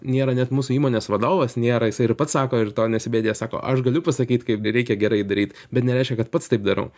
nėra net mūsų įmonės vadovas nėra jis ir pats sako ir to nesigėdija sako aš galiu pasakyt kaip reikia gerai daryt bet nereiškia kad pats taip darau